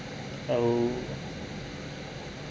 oh